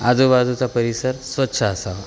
आजूबाजूचा परिसर स्वच्छ असावा